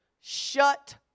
shut